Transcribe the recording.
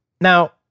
now